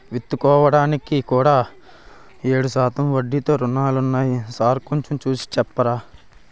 విత్తుకోడానికి కూడా ఏడు శాతం వడ్డీతో రుణాలున్నాయా సారూ కొంచె చూసి సెప్పరా